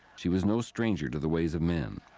she was no stranger to the ways of men.